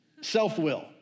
Self-will